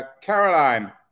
Caroline